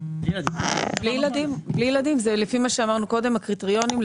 בלי ילדים, זה לפי מה שאמרנו קודם, הקריטריונים.